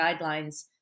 guidelines